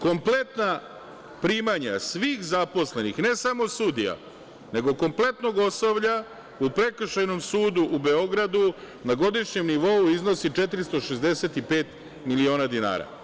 Kompletna primanja svih zaposlenih, ne samo sudija, nego kompletnog osoblja, u Prekršajnom sudu u Beogradu, na godišnjem nivou iznosi 465 miliona dinara.